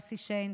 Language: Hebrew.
יוסי שיין,